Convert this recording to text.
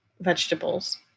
vegetables